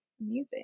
Amazing